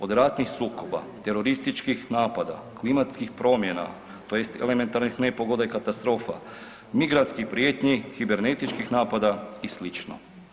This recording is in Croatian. Od ratnih sukoba, terorističkih napada, klimatskih promjena tj. elementarnih nepogoda i katastrofa, migrantskih prijetnji, kibernetičkih napada i sl.